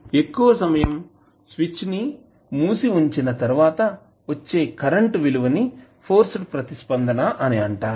ఎక్కువ సమయం స్విచ్ ని మూసివుంచిన తరువాత వచ్చేకరెంటు విలువని ఫోర్జ్డ్ ప్రతిస్పందన అనిఅంటారు